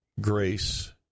grace